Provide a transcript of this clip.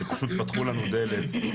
פשוט פתחו לנו דלת,